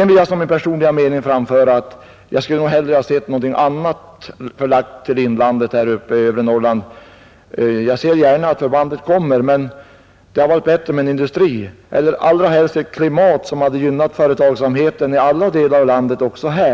Jag vill sedan som min personliga mening framföra att jag hellre skulle ha sett någon annan verksamhet förlagd till inlandet i övre Norrland. Jag ser gärna att förbandet kommer dit men det hade varit bättre med en industri eller allra helst någonting som hade gynnat företagsamheten i alla delar av landet och alltså även